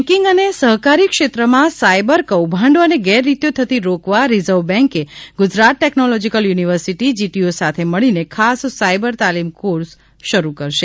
banking અને સહકારીક્ષેત્રમાં cyber કૌભાંડો અને ગેરરીતિઓ થતી રોકવા રિઝર્વ બૅન્કે ગુજરાત ટેક્નોલોજીકલ યુનિવર્સિટી જીટીયુ સાથે મળીને ખાસ સાયબર તાલીમ કોર્સ શરૂ કરશે